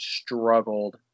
struggled